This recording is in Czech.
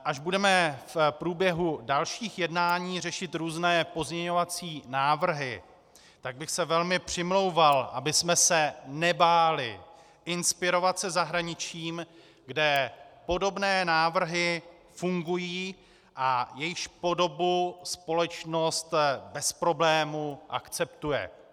Až budeme v průběhu dalších jednání řešit různé pozměňovací návrhy, tak bych se velmi přimlouval, abychom se nebáli inspirovat se zahraničím, kde podobné návrhy fungují a jejichž podobu společnost bez problémů akceptuje.